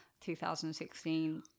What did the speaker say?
2016